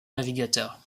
navigateur